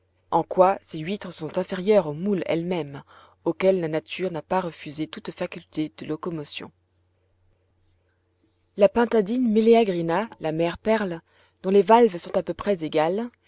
en quoi ces huîtres sont inférieures aux moules elles-mêmes auxquelles la nature n'a pas refusé toute faculté de locomotion la pintadine meleagrina la mère perle dont les valves sont à peu près égales